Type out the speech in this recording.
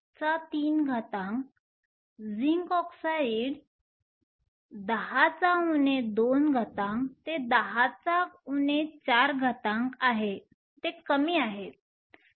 1 103 zinc oxide 10 2 ते 10 4 आहे ते कमी आहे